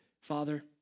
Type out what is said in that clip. Father